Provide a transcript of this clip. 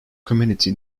community